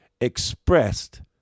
expressed